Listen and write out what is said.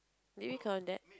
did we count that